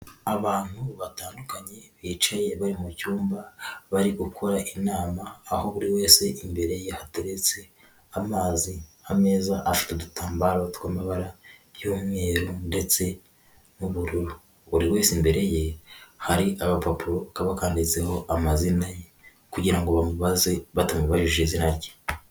Abantu batandukanye bicaye bari mucyumba bari gukora inama. Aho buri wese imbere yateretse amazi, ameza afite udutambaro tw'amabara y'umweru ndetse n'ubururu buri wese imbere ye hari agapapuro kaba kanditseho amazina ye kugira ngo baze batamubajije izina rye.